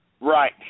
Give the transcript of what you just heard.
Right